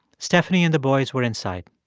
stephanie and the boys were inside.